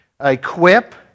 equip